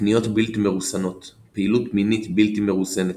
קניות בלתי מרוסנות, פעילות מינית בלתי מרוסנת,